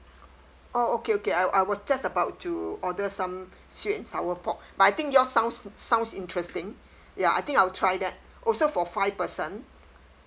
oh okay okay I I was just about to order some sweet and sour pork but I think yours sounds sounds interesting ya I think I'll try that also for five person